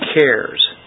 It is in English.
cares